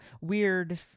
weird